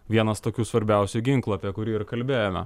vienas tokių svarbiausių ginklų apie kurį ir kalbėjome